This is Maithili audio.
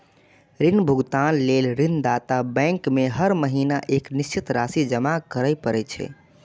ऋण भुगतान लेल ऋणदाता बैंक में हर महीना एक निश्चित राशि जमा करय पड़ै छै